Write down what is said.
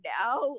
now